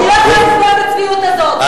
אני לא יכולה לסבול את הצביעות הזאת,